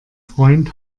freund